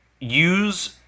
use